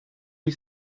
wie